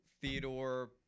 Theodore